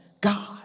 God